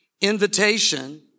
invitation